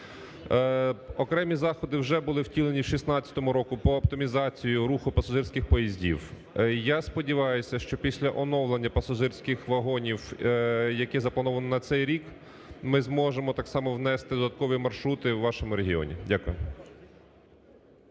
Окремі заходи вже були втілені в 16-му році по оптимізації руху пасажирських поїздів. Я сподіваюся, що після оновлення пасажирських вагонів, яке заплановано на цей рік, ми зможемо так само внести додаткові маршрути в вашому регіоні. Дякую.